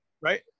Right